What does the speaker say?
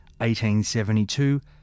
1872